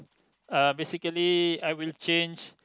uh basically I will change